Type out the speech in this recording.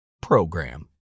program